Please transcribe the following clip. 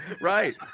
right